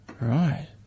Right